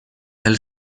elle